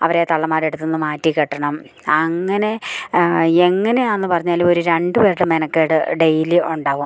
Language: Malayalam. അവരെ തള്ളമാരുടെ അടുത്തു നിന്ന് മാറ്റി കെട്ടണം അങ്ങനെ എങ്ങനെയാണെന്നു പറഞ്ഞാലൊരു രണ്ട് പേരുടെ മെനക്കേട് ഡെയ്ലി ഉണ്ടാകും